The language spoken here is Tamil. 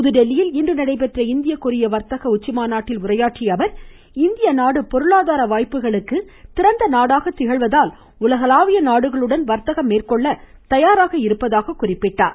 புதுதில்லியில் இன்று நடைபெற்ற இந்திய கொரிய வர்த்தக மாநாட்டில் உரையாற்றிய அவர் இந்திய நாடு பொருளாதார வாய்ப்புகளுக்கு திறந்த நாடாக திகழ்வதால் உலகளாவிய நாடுகளுடன் வர்த்தகம் மேற்கொள்ள தயாராக இருப்பதாக கூறினார்